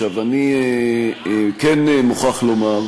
אני כן מוכרח לומר,